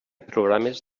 programes